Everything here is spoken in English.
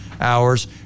hours